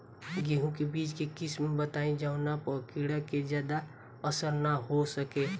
गेहूं के बीज के किस्म बताई जवना पर कीड़ा के ज्यादा असर न हो सके?